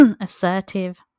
assertive